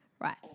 right